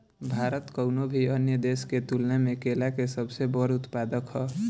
भारत कउनों भी अन्य देश के तुलना में केला के सबसे बड़ उत्पादक ह